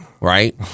right